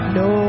no